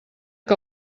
que